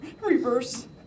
reverse